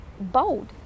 bold